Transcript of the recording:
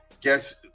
guess